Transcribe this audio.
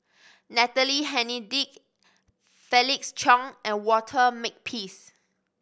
Natalie Hennedige Felix Cheong and Walter Makepeace